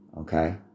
Okay